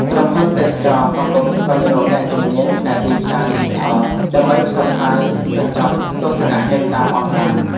ក្រុមហ៊ុនទេសចរណ៍កំពុងស្វែងរកអ្នកជំនាញផ្នែកទីផ្សារឌីជីថល ដើម្បីផ្សព្វផ្សាយកញ្ចប់ទស្សនកិច្ចតាមអនឡាញ។